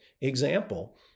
example